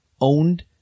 owned